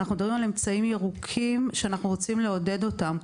אנחנו מדברים על אמצעים ירוקים שאנחנו רוצים לעודד אותם.